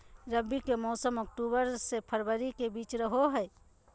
रबी के मौसम अक्टूबर से फरवरी के बीच रहो हइ